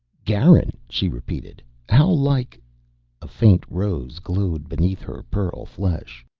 garin, she repeated. how like a faint rose glowed beneath her pearl flesh.